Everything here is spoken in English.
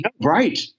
right